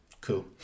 Cool